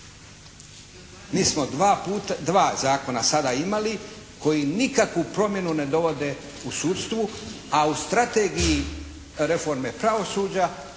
Mi smo dva zakona sada imali koji nikakvu promjenu ne dovode u sudstvu, a u strategiji reforme pravosuđa